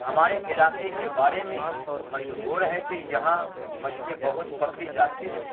ہمارے علاقے کے بارے میں مشہور ہے کہ یہاں مچھلی بہت پکڑی جاتی ہے